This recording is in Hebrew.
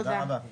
תודה רבה.